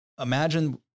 imagine